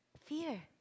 fear